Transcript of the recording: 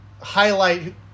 highlight